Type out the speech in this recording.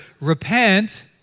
Repent